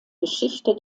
geschichte